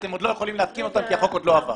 שאתם עוד לא יכולים להתקין אותן כי החוק עוד לא עבר?